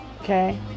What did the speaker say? Okay